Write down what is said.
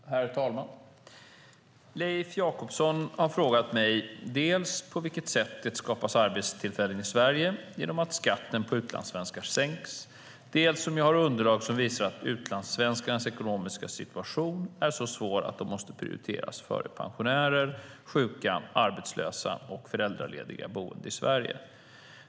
Herr talman! Leif Jakobsson har frågat mig dels på vilket sätt det skapas arbetstillfällen i Sverige genom att skatten för utlandssvenskar sänks, dels om jag har underlag som visar att utlandssvenskarnas ekonomiska situation är så svår att de måste prioriteras före pensionärer, sjuka, arbetslösa och föräldralediga boende i Sverige.